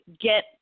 get